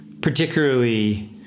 particularly